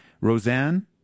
Roseanne